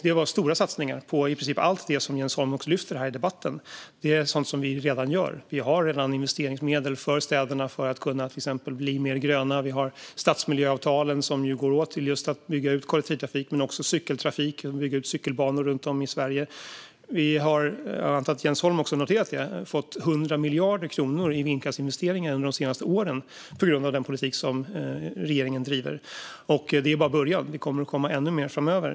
Det var stora satsningar på i princip allt som Jens Holm lyfter fram här i debatten. Det är sådant som vi redan gör. Det finns redan investeringsmedel för mer gröna städer. Stadsmiljöavtalen går åt till att bygga ut kollektivtrafiken och cykeltrafiken med cykelbanor runt om i Sverige. Jag antar att Jens Holm har noterat att det under de senaste åren har lagts 100 miljarder kronor i vindkraftsinvesteringar tack vare den politik som regeringen driver. Det är bara början. Det kommer att komma ännu mer framöver.